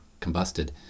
combusted